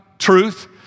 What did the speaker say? truth